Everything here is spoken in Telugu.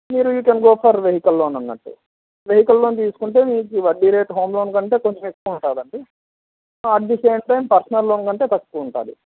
మీరు you can go for vehicle loan అన్నట్టు వెహికల్ లోన్ తీసుకుంటే మీకు వడ్డీ రేట్ హోమ్ లోన్ కంటే కొంచెం ఎక్కువ ఉంటుందండి at the same time personal loan కంటే తక్కువ ఉంటుంది